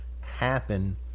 happen